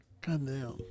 Goddamn